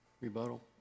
Rebuttal